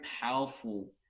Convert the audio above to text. powerful